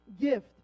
gift